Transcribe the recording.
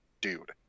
dude